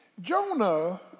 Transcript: Jonah